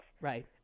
Right